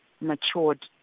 matured